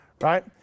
right